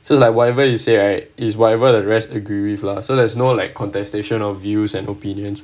so like whatever you say right is whatever the rest agree with lah so there's no like contestation of views and opinions